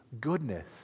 goodness